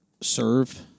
serve